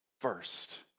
first